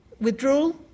Withdrawal